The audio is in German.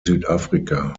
südafrika